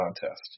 contest